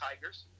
tigers